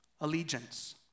allegiance